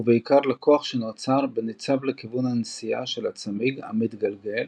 ובעיקר לכוח שנוצר בניצב לכיוון הנסיעה של הצמיג המתגלגל